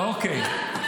--- אוקיי.